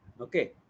Okay